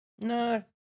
No